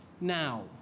now